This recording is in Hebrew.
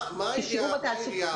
מה עושה העירייה,